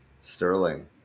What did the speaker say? Sterling